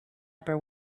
upper